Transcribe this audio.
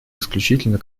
исключительно